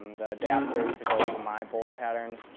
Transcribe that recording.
um the adapters to go to my bolt pattern.